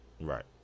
Right